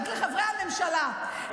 רק לחברי הממשלה,